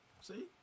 See